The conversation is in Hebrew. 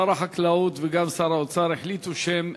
שר החקלאות וגם שר האוצר החליטו שהם